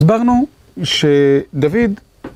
דברנו שדוד...